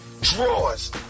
drawers